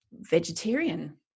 vegetarian